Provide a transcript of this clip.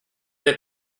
del